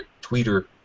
Twitter